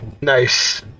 Nice